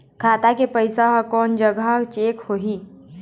खाता के पैसा कोन जग चेक होही?